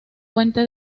puente